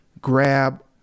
grab